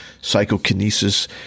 psychokinesis